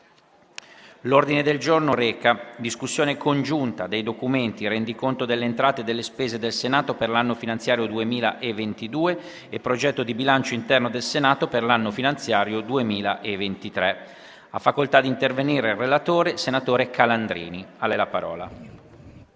L'ordine del giorno reca la discussione congiunta dei documenti VIII, nn. 1 (Rendiconto delle entrate e delle spese del Senato per l'anno finanziario 2022) e 2 (Progetto di bilancio interno del Senato per l'anno finanziario 2023). Il relatore, senatore Calandrini,